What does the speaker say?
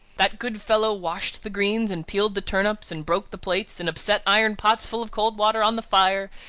that good fellow washed the greens, and peeled the turnips, and broke the plates, and upset iron pots full of cold water on the fire,